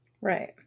right